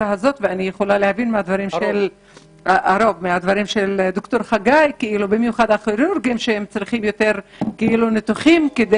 יכולה להבין שיש התמחויות שמזקיקות יותר ניתוחים כדי